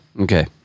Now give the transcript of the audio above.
Okay